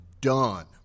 done